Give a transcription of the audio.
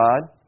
God